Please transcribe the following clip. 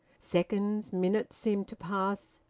seconds, minutes, seemed to pass.